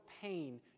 pain